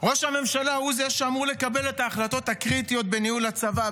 ראש הממשלה הוא שאמור לקבל את ההחלטות הקריטיות בניהול הצבא,